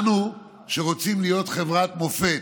אנו, שרוצים להיות חברת מופת,